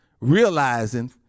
realizing